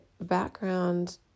background